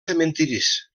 cementiris